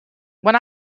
when